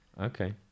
Okay